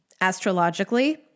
Astrologically